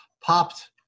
popped